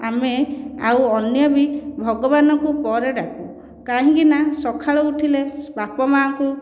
ଆମେ ଆଉ ଅନ୍ୟ ବି ଭଗବାନଙ୍କୁ ପରେ ଡାକୁ କାହିଁକିନା ସକାଳୁ ଉଠିଲେ ବାପା ମା' ଙ୍କୁ